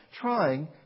trying